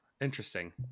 Interesting